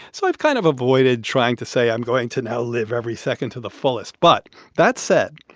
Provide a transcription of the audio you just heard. so i've kind of avoided trying to say i'm going to now live every second to the fullest but that said,